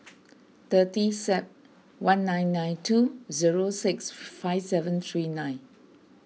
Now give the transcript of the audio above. thirty Sep one nine nine two zero six five seven three nine